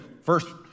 first